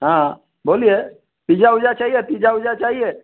हाँ बोलिए पीजा ओजा चाहिए पीजा ओजा चाहिए